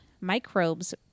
microbes